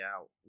out